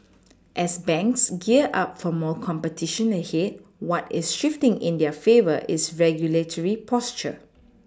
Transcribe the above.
as banks gear up for more competition ahead what is shifting in their favour is regulatory posture